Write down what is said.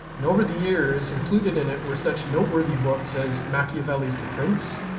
and over the years, included in it were such noteworthy books as machiavelli's the prince,